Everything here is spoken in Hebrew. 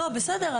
לא, בסדר.